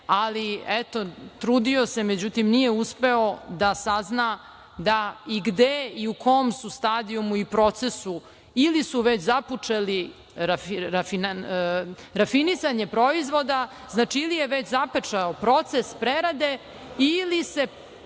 ali eto, trudio se. Međutim, nije uspeo da sazna gde i u kom su stadijumu i procesu ili su već započeli rafinisanje proizvoda, znači, ili je već započeo proces prerade ili se